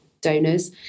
donors